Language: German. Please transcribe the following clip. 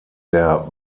der